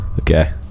Okay